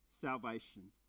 salvation